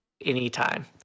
anytime